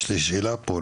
יש לי שאלה פה,